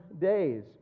days